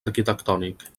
arquitectònic